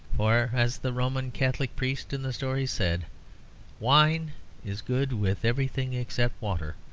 for as the roman catholic priest in the story said wine is good with everything except water,